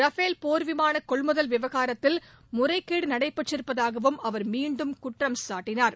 Rafale போ்விமான கொள்முதல் விவகாரத்தில் முறைகேடு நடைபெற்றிருப்பதாகவும் அவா் மீண்டும் குற்றம்சாட்டினார்